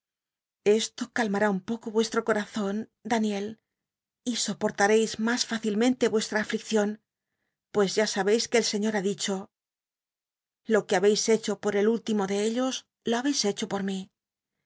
esto calmará un poco vuestro co razon daniel y soportareis mas flícilmcnlc w cstra alliccion pues ya sabeis que el señor ha dicho u lo que ha beis hecho por el últim o de ellos lo babcis hecho por mí